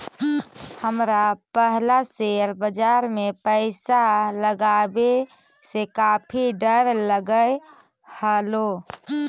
हमरा पहला शेयर बाजार में पैसा लगावे से काफी डर लगअ हलो